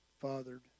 fathered